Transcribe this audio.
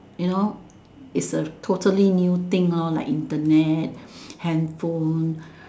you know is a totally new thing lor like Internet handphone